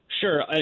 Sure